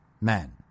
men